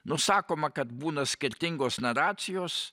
nu sakoma kad būna skirtingos naracijos